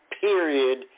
period